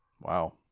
Wow